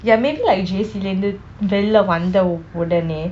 ya maybe like J_C லே இருந்து வெளியே வந்தவுடனே:lei irunthu veliyei vanthavudanei